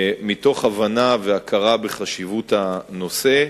מתוך הבנה והכרה בחשיבות הנושא,